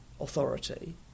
authority